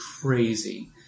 crazy